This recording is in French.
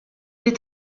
est